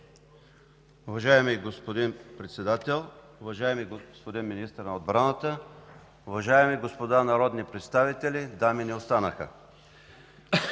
Уважаеми господин Председател, уважаеми господин Министър на отбраната, уважаеми господа народни представители! Дами не останаха.